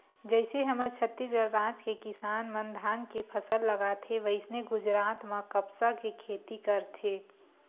जइसे हमर छत्तीसगढ़ राज के किसान मन धान के फसल लगाथे वइसने गुजरात म कपसा के खेती करथे